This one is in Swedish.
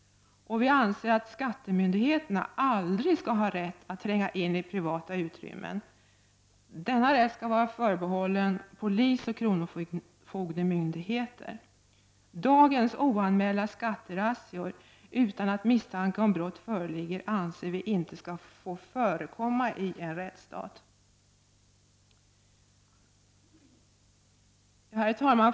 Vi anser att skattemyndigheterna aldrig skall ha rätt att tränga in i privata utrymmen. Denna rätt skall vara förbehållen polisoch kronofogdemyndigheten. Dagens oanmälda skatterazzior utan att misstanke om brott föreligger anser vi inte skall få förekomma i en rättsstat.